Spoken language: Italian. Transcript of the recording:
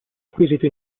acquisito